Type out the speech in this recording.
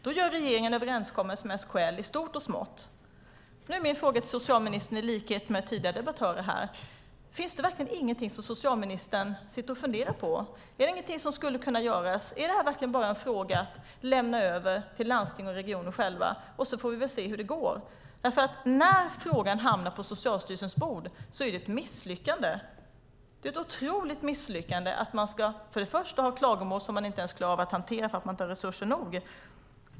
Då gör regeringen en överenskommelse med SKL i stort och smått. Min fråga till socialministern är, i likhet med tidigare debattörers: Finns det verkligen ingenting som socialministern sitter och funderar på? Är det ingenting som skulle kunna göras? Är det här verkligen bara en fråga att lämna över till landsting och regioner själva och se hur det går? När frågan hamnar på Socialstyrelsens bord är det ett misslyckande. Det är ett otroligt misslyckande att det kommer in klagomål som man inte klarar av att hantera därför att man inte har resurser nog.